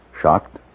Shocked